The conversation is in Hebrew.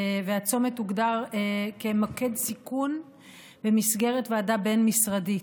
והצומת הוגדר כמוקד סיכון במסגרת ועדה בין-משרדית.